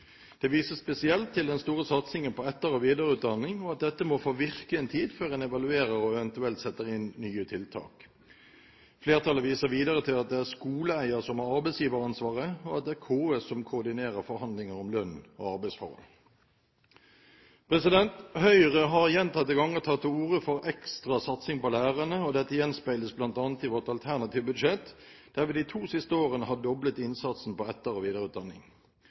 Det vises spesielt til den store satsingen på etter- og videreutdanning, og at dette må få virke en tid før en evaluerer og eventuelt setter inn nye tiltak. Flertallet viser videre til at det er skoleeier som har arbeidsgiveransvaret, og at det er KS som koordinerer forhandlinger om lønn og arbeidsforhold. Høyre har gjentatte ganger tatt til orde for en ekstra satsing på lærerne, og dette gjenspeiles bl.a. i vårt alternative budsjett, der vi de to siste årene har doblet innsatsen til etter- og videreutdanning.